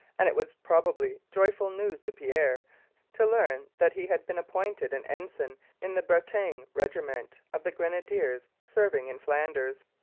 and it was probably joyful news to pierre to learn that he had been appointed an ensign in the bretagne regiment of the grenadiers serving in flanders.